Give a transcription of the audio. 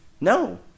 No